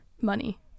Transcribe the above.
money